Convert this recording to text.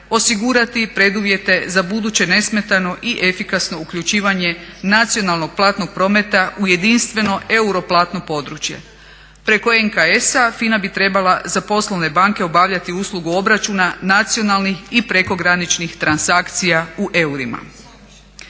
osigurati preduvjete za buduće nesmetano i efikasno uključivanje nacionalnog platnog prometa u jedinstveno europlatno područje. Preko NKS-a FINA bi trebala za poslovne banke obavljati uslugu obračuna nacionalnih i prekograničknih transakcija u eurima.